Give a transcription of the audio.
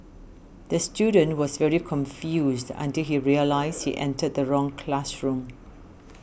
the student was very confused until he realised he entered the wrong classroom